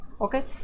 okay